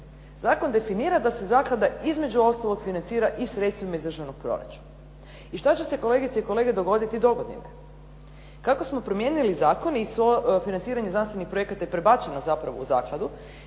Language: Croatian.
Zakon definira da se zaklada između ostalog financira i sredstvima iz državnog proračuna. I šta će se kolegice i kolege dogoditi do godine? Kako smo promijenili zakon i financiranje znanstvenih projekata je prebačeno zapravo u zakladu